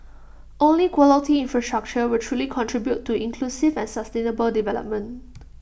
only quality infrastructure will truly contribute to inclusive and sustainable development